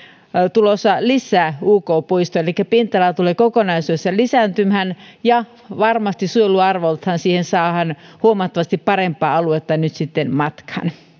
tulossa lisää uk puistoon elikkä pinta ala tulee kokonaisuudessaan lisääntymään ja varmasti suojeluarvoltaan siihen saadaan huomattavasti parempaa aluetta nyt sitten matkaan